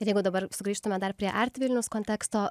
ir jeigu dabar sugrįžtumėme dar prie art vilnius konteksto